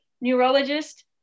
neurologist